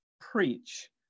preach